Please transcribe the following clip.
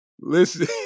Listen